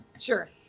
Sure